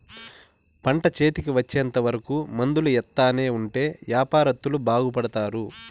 పంట చేతికి వచ్చేంత వరకు మందులు ఎత్తానే ఉంటే యాపారత్తులు బాగుపడుతారు